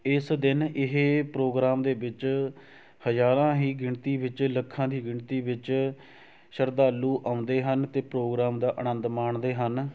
ਇਸ ਦਿਨ ਇਹ ਪ੍ਰੋਗਰਾਮ ਦੇ ਵਿੱਚ ਹਜ਼ਾਰਾਂ ਹੀ ਗਿਣਤੀ ਵਿੱਚ ਲੱਖਾਂ ਦੀ ਗਿਣਤੀ ਵਿੱਚ ਸ਼ਰਧਾਲੂ ਆਉਂਦੇ ਹਨ ਅਤੇ ਪ੍ਰੋਗਰਾਮ ਦਾ ਅਨੰਦ ਮਾਣਦੇ ਹਨ